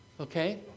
Okay